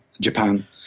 japan